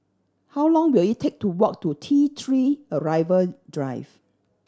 how long will it take to walk to T Three Arrival Drive